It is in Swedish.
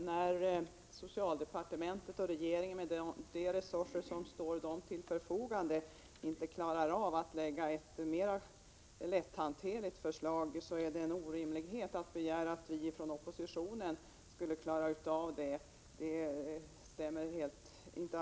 Herr talman! När socialdepartementet och regeringen med de resurser som därvidlag står till förfogande inte klarar av att lägga fram ett mera lätthanterligt förslag är det en orimlighet att begära att vi från oppositionen skulle klara av det. Det stämmer inte alls överens. Prot.